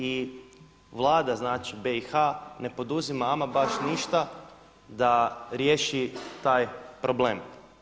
I Vlada znači BiH ne poduzima ama baš ništa da riješi taj problem.